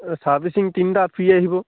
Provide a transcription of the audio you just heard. servicing তিনিটা free আহিব